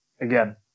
Again